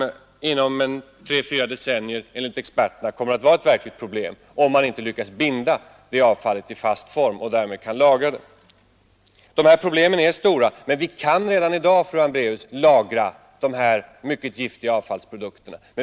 Enligt experterna kommer denna att inom tre å fyra decennier vara ett verkligt problem, om man inte lyckas binda gasen i fast form och lagra den. Problemen är stora, men vi kan redan i dag, fru Hambraeus, lagra de giftiga avfallsprodukterna.